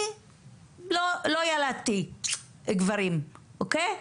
אני לא ילדתי גברים, אוקיי?